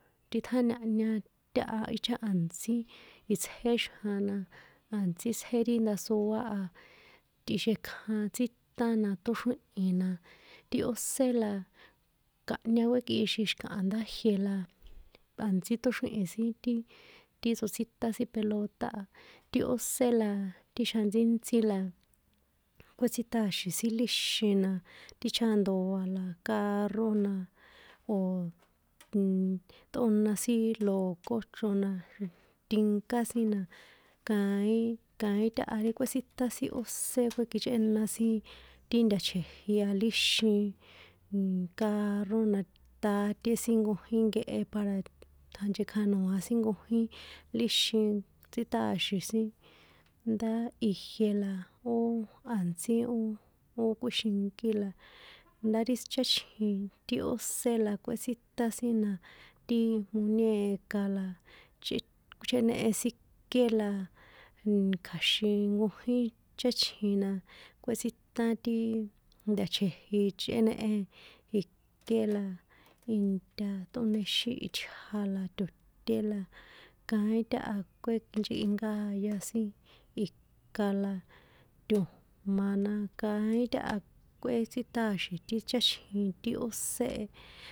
Tiṭjáñahña táha ichá a̱ntsí itsjé xjan na a̱ntsí tsjé ri ndasoá a tꞌixekjan tsíṭán na ṭóxríhi̱n na ti ósé la kanhña guekꞌixin xi̱kaha a̱ndá ijie la a̱ntsí ṭóxríhin sin ti, ti tsotsíṭán sin pelota a, ti ósé la ti xjantsíntsí la, kuétsíṭăxi̱n sin líxin na ti cháandoa la carro na, o̱oo, nnnn tꞌóna sin locó chro na, tinka sín na kaín kaín táha rí kꞌuétsíṭán sin ósé kuékichꞌéna sin ti nta̱chji̱ji a líxin, nnn carro na, ṭaté sin nkojín nkehe para ṭjanchekjano̱a sin líxin tsíṭàaxi̱n sin, ndá ijie la ó a̱ntsí ó, ó kuíxinkí la ndá ri sin cháchjin na ti ósé la kꞌuétsíṭán a ti moñeka la, chꞌi, chénehe sin ké la, nn kja̱xiiin nkojín cháchjina, kꞌuétsíṭán ti nta̱chji̱ji chꞌénehe sin iké la, inta ṭꞌónexín itja la to̱té la, kaín táha kuékinchekꞌinkáya sin ika la, to̱jma̱ nakáin táha kꞌúetsíṭàxin ti cháchjin ti ósé e.